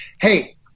Hey